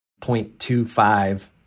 0.25